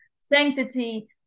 sanctity